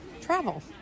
travel